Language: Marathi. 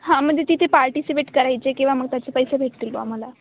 हां म्हणजे तिथे पार्टिसिपेट करायचे किंवा मग त्याचे पैसे भेटतील का आम्हाला